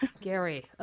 Gary